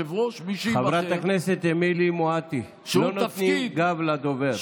חברת הכנסת אמילי מואטי, לא מפנים גב לדובר.